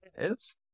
Yes